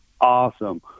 Awesome